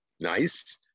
Nice